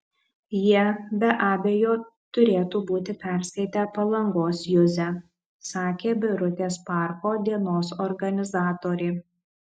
jie be abejo turėtų būti perskaitę palangos juzę sakė birutės parko dienos organizatorė